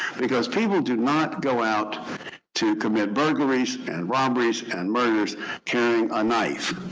because people do not go out to commit burglaries, and robberies, and murders carrying a knife.